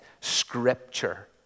scripture